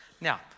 Now